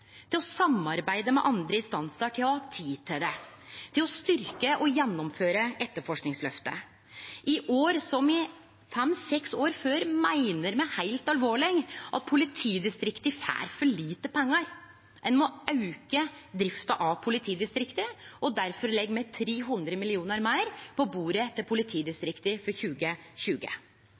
til å samarbeide med andre instansar, til å ha tid til det, til å styrkje og gjennomføre etterforskingsløftet. I år, som i fem–seks år før, meiner me heilt alvorleg at politidistrikta får for lite pengar. Ein må auke drifta av politidistrikta, og difor legg me 300 mill. kr meir på bordet til politidistrikta for 2020.